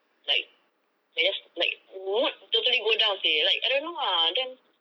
like they just like mood totally go down seh I don't know ah then